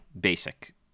basic